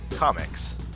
Comics